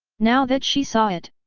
now that she saw it,